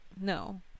No